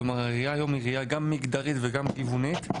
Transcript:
כלומר הראיה היום מביאה גם מגדרית וגם גיוונית.